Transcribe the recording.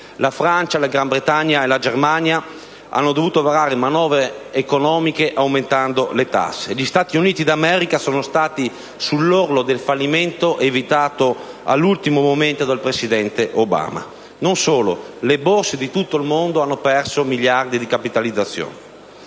La Francia, la Gran Bretagna e la Germania hanno dovuto varare manovre economiche aumentando le tasse. Gli Stati Uniti d'America sono stati sull'orlo del fallimento, evitato all'ultimo momento dal presidente Obama. Non solo. Le Borse di tutto il mondo hanno perso miliardi di capitalizzazione.